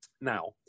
Now